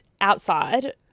outside